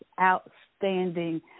outstanding